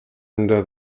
under